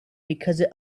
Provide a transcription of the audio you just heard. because